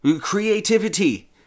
creativity